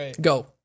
Go